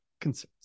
concerns